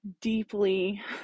deeply